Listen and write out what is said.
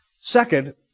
Second